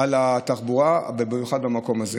על התחבורה ובמיוחד במקום הזה.